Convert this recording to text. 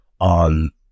on